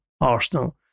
Arsenal